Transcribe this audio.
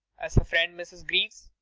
as a friend, mrs. greaves,